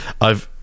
I've-